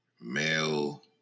male